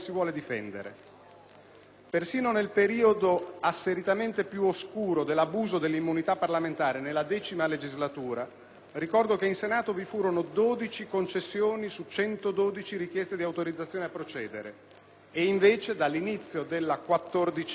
Persino nel periodo asseritamente più oscuro dell'abuso dell'immunità parlamentare, nella X legislatura, ricordo che in Senato vi furono 12 concessioni su 112 richieste di autorizzazione a procedere. Invece, dall'inizio della XIV legislatura,